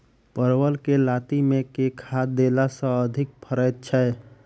परवल केँ लाती मे केँ खाद्य देला सँ अधिक फरैत छै?